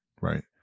right